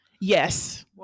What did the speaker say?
yes